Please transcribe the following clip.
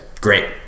great